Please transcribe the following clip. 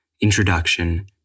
Introduction